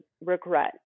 regret